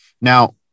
now